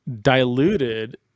diluted